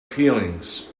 feelings